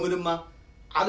them i